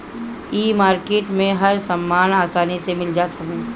इ मार्किट में हर सामान आसानी से मिल जात हवे